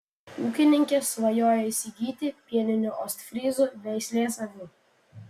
ūkininkė svajoja įsigyti pieninių ostfryzų veislės avių